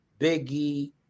Biggie